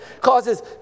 Causes